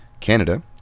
Canada